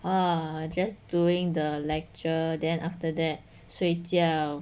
err just doing the lecture then after that 睡觉